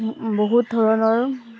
বহুত ধৰণৰ